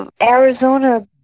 Arizona